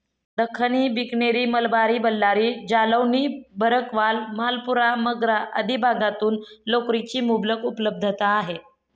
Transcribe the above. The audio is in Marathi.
दख्खनी, बिकनेरी, मलबारी, बल्लारी, जालौनी, भरकवाल, मालपुरा, मगरा आदी भागातून लोकरीची मुबलक उपलब्धता आहे